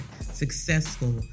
successful